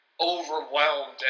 overwhelmed